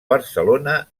barcelona